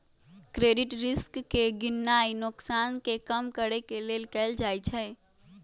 credit risk के गीणनाइ नोकसान के कम करेके लेल कएल जाइ छइ